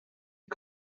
est